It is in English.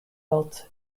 belt